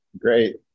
Great